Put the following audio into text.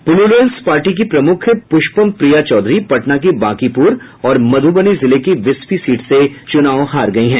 Plurals party की प्रमुख पुष्पम प्रिया चौधरी पटना की बांकीपुर और मध्रबनी जिले की बिस्फी सीट से चुनाव हार गयी हैं